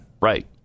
right